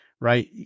right